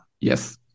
Yes